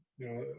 know,